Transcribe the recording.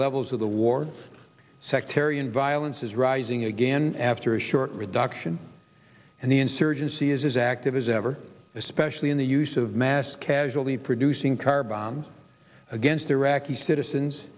levels of the war sectarian violence is rising again after a short reduction and the insurgency is as active as ever especially in the use of mass casualty producing car bombs against iraqi citizens